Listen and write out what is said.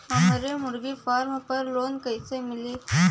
हमरे मुर्गी फार्म पर लोन कइसे मिली?